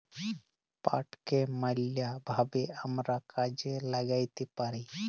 পাটকে ম্যালা ভাবে আমরা কাজে ল্যাগ্যাইতে পারি